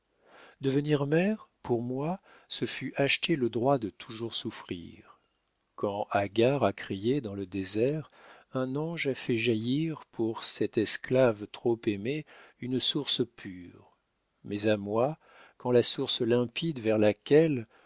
devenir mère pour moi ce fut acheter le droit de toujours souffrir quand agar a crié dans le désert un ange a fait jaillir pour cette esclave trop aimée une source pure mais à moi quand la source limpide vers laquelle